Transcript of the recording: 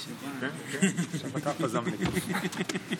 חברי הכנסת, אנא תפסו את מקומותיכם.